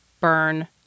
burn